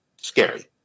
scary